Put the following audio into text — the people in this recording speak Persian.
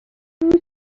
روز